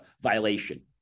violation